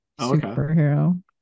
superhero